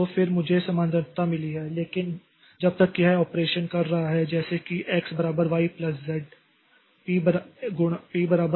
तो फिर मुझे समानांतरता मिली है लेकिन जब तक यह ऑपरेशन कर रहा है जैसे कि x बराबर y प्लस z p बराबर x गुणा k